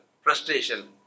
frustration